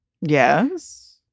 Yes